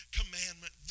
commandment